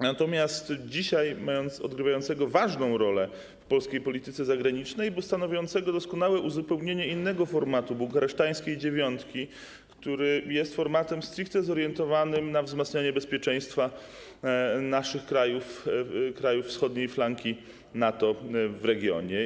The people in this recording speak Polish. natomiast dzisiaj odgrywającego ważną rolę w polskiej polityce zagranicznej, bo stanowiącego doskonałe uzupełnienie innego formatu - bukareszteńskiej dziewiątki, który jest formatem stricte zorientowanym na wzmacnianie bezpieczeństwa naszych krajów, krajów wschodniej flanki NATO w regionie.